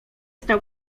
stał